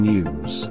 News